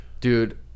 Dude